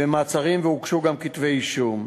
ומעצרים, והוגשו גם כתבי-אישום.